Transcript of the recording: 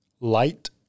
Light